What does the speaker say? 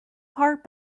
part